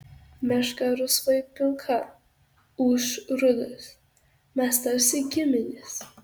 meška rusvai pilka ūš rudas mes tarsi giminės